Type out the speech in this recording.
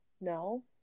no